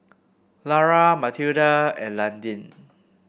Lara Mathilda and Landin